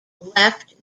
left